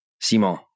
Simon